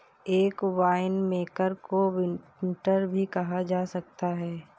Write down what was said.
एक वाइनमेकर को विंटनर भी कहा जा सकता है